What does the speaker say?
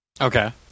Okay